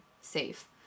safe